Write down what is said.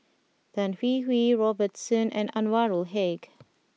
Tan Hwee Hwee Robert Soon and Anwarul Haque